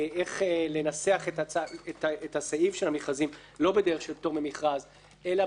לנסח את הסעיף של המכרזים לא בדרך של פטור ממכרז אלא בדרך